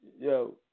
Yo